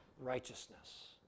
righteousness